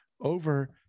over